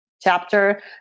chapter